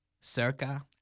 Circa